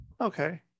Okay